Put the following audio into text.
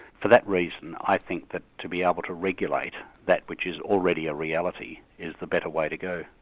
for that reason i think that to be able to regulate that which is already a reality is the better way to go.